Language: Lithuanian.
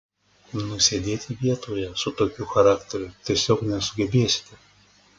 nusėdėti vietoje su tokiu charakteriu tiesiog nesugebėsite